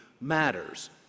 matters